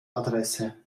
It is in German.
adresse